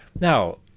Now